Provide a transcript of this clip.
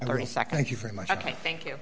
thirty seconds you very much ok thank you